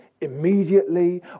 immediately